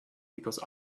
because